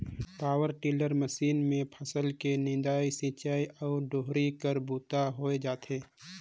power tiller machine मे फसल के निंदई, सिंचई अउ डोहरी कर बूता होए जाथे